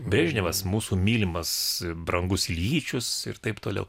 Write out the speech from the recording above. brežnevas mūsų mylimas brangus iljyčius ir taip toliau